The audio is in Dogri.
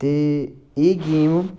ते एह् गेम